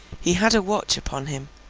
he had a watch upon him,